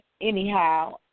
anyhow